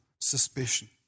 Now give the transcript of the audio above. suspicion